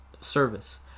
service